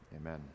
amen